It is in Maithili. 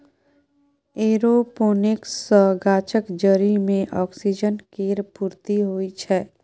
एरोपोनिक्स सँ गाछक जरि मे ऑक्सीजन केर पूर्ती होइ छै